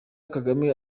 kagame